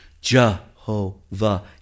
Jehovah